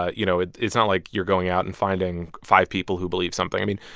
ah you know, it's it's not like you're going out and finding five people who believe something. i mean,